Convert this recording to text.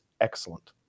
excellent